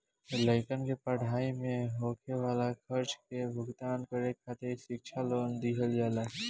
लइकन के पढ़ाई में होखे वाला खर्चा के भुगतान करे खातिर शिक्षा लोन दिहल जाला